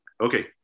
Okay